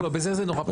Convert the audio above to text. בזה זה נורא פשוט,